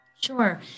Sure